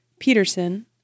Peterson